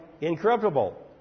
incorruptible